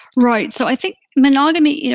right, so i think monogamy, you know